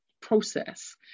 process